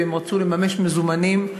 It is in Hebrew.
והם רצו לממש מזומנים,